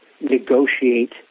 negotiate